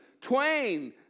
Twain